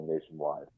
nationwide